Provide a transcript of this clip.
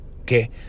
okay